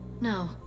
no